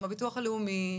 עם הביטוח הלאומי,